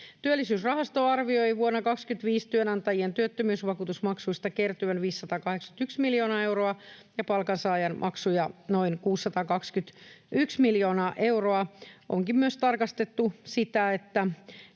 Työllisyysrahasto arvioi vuonna 25 työnantajien työttömyysvakuutusmaksuista kertyvän 521 miljoonaa euroa ja palkansaajien maksuja noin 621 miljoonaa euroa. Onkin myös tarkastettu sitä,